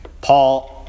Paul